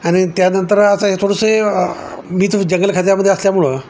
आणि त्यानंतर असं हे थोडंसं मी तो जंगलखात्यामध्ये असल्यामुळे